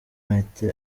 martin